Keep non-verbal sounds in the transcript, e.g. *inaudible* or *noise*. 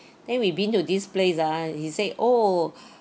*breath* then we been to this place ah he said oh